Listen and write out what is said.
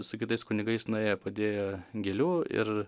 su kitais kunigais nuėjo padėjo gėlių ir